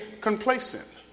complacent